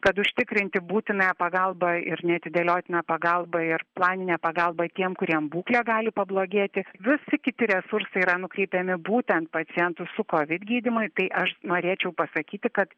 kad užtikrinti būtinąją pagalbą ir neatidėliotiną pagalbą ir planinę pagalbą tiem kuriem būklė gali pablogėti visi kiti resursai yra nukreipiami būtent pacientų su covid gydymui tai aš norėčiau pasakyti kad